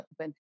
open